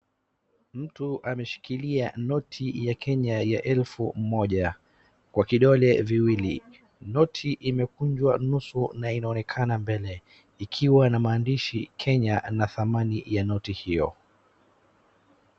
Mtu ameshikilia noti ya Kenya ya elfu moja kwa kidole viwili. Noti imekunjwa nusu na inaonekana mbele ikiwa na maandishi Kenya na dhamani ya noti hiyo.